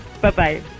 Bye-bye